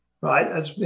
right